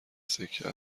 سکه